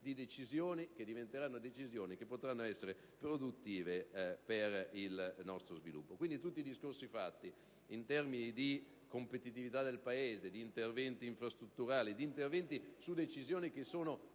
di prendere una serie di decisioni che potranno essere produttive per il nostro sviluppo. Quindi, tutti i discorsi fatti in termini di competitività del Paese, di interventi infrastrutturali e di interventi su decisioni che sono